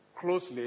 closely